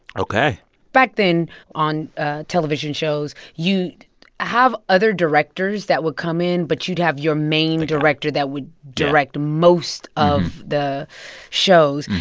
ok back then on ah television shows, you'd have other directors that would come in, but you'd have your main director that would direct most of the shows.